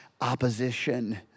opposition